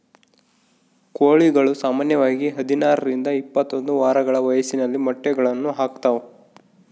ಕೋಳಿಗಳು ಸಾಮಾನ್ಯವಾಗಿ ಹದಿನಾರರಿಂದ ಇಪ್ಪತ್ತೊಂದು ವಾರಗಳ ವಯಸ್ಸಿನಲ್ಲಿ ಮೊಟ್ಟೆಗಳನ್ನು ಹಾಕ್ತಾವ